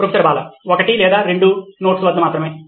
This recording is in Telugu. ప్రొఫెసర్ బాలా ఒకటి లేదా రెండు నోట్స్ వద్ద మాత్రమే